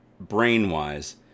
brain-wise